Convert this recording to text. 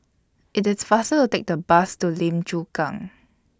IT IS faster to Take The Bus to Lim Chu Kang